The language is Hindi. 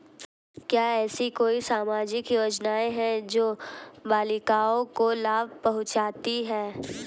क्या ऐसी कोई सामाजिक योजनाएँ हैं जो बालिकाओं को लाभ पहुँचाती हैं?